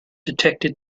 detected